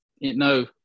no